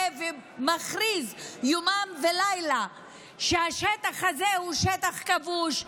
ומכריז יומם וליל שהשטח הזה הוא שטח כבוש,